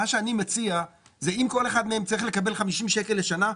אני מציע שאם כל אחד מהם צריך לקבל 50 שקלים לשנה,